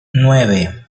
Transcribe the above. nueve